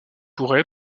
pourrait